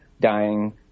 dying